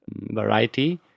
variety